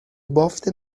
بافت